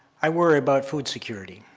i worry about food security,